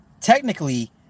Technically